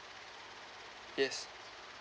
yes